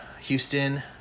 Houston